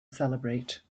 celebrate